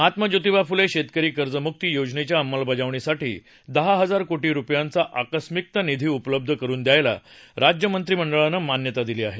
महात्मा ज्योतिबा फुले शेतकरी कर्जमुक्ती योजनेच्या अंमलबजावणीसाठी दहा हजार कोटी रुपयांचा आकस्मिकता निधी उपलब्ध करून द्यायला राज्यमंत्रिमंडळानं मान्यता दिली आहे